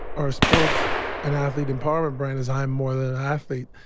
our sports and athlete empowerment brand is i am more than an athlete.